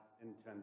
intended